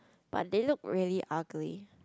but they look really ugly